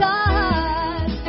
God